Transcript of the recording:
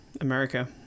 America